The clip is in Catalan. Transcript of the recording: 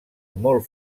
molt